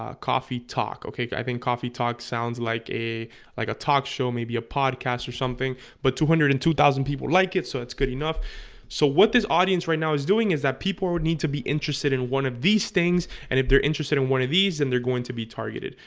ah coffee talk, okay, i think coffee talk sounds like a like a talk show maybe a podcast or something but two hundred and two thousand people like it so that's good enough so what this audience right now is doing is that people who need to be interested in one of these things and if they're interested in one of these and they're going to be targeted,